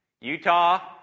Utah